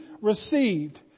received